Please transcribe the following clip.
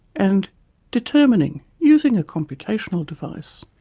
and determining, using a computational device,